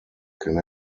can